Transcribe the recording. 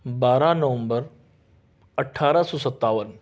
بارہ نومبر اٹھارہ سو ستاون